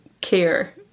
care